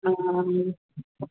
हँ